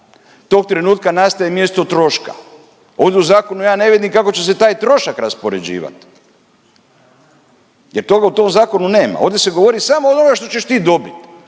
tog trenutka nastaje mjesto troška. Ovdje u zakonu ja ne vidim kako će se taj trošak raspoređivat jer toga u tom zakonu nema. Ovdje se govori samo o onome što ćeš ti dobit,